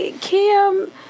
Kim